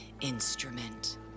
instrument